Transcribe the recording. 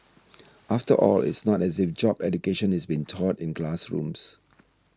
after all it's not as if job education is been taught in classrooms